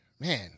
man